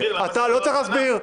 אתה לא צריך להסביר.